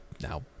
now